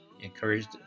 encouraged